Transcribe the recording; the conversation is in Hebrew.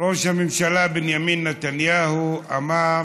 ראש הממשלה בנימין נתניהו אמר